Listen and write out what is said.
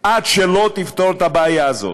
עד שלא תפתור את הבעיה הזאת.